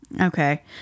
Okay